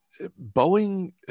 Boeing